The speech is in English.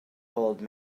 old